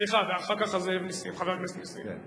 סליחה, ואחר כך חבר הכנסת זאב נסים.